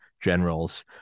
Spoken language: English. generals